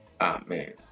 amen